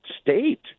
state